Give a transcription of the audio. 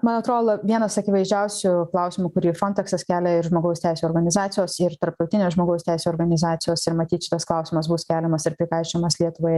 man atrodo vienas akivaizdžiausių klausimų kurį ir fronteksas kelia ir žmogaus teisių organizacijos ir tarptautinės žmogaus teisių organizacijos ir matyt šitas klausimas bus keliamas ir prikaišomas lietuvai